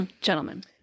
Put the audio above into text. gentlemen